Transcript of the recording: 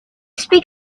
speak